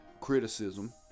criticism